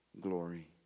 glory